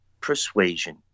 persuasion